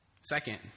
Second